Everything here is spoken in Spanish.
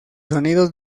sonidos